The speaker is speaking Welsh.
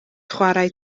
chwarae